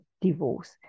divorce